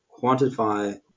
quantify